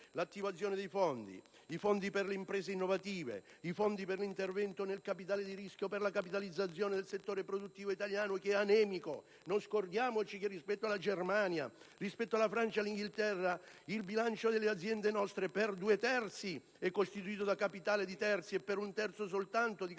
l'attivazione dei fondi per le imprese innovative, per l'intervento nel capitale di rischio e per la capitalizzazione del settore produttivo italiano, che è anemico. Non scordiamoci che rispetto alla Germania, alla Francia ed all'Inghilterra, il bilancio delle nostre aziende per due terzi e è costituito da capitale di terzi e per un terzo soltanto di capitale